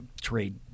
trade